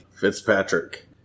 Fitzpatrick